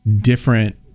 different